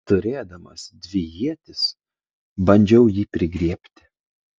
turėdamas dvi ietis bandžiau jį prigriebti